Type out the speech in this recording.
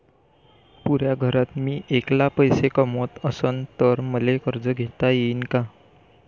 पुऱ्या घरात मी ऐकला पैसे कमवत असन तर मले कर्ज घेता येईन का?